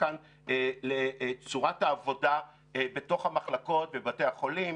כאן לצורת העבודה בתוך המחלקות בבתי החולים,